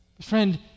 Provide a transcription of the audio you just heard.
Friend